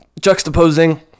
juxtaposing